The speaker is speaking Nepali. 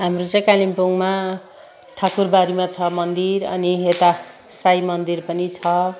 हाम्रो चाहिँ कालिम्पोङमा ठाकुरबाडीमा छ मन्दिर अनि यता साई मन्दिर पनि छ